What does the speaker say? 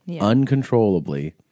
uncontrollably